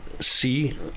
see